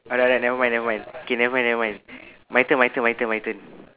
alright nevermind nevermind K nevermind nevermind my turn my turn my turn my turn